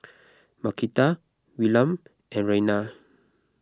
Marquita Willam and Raina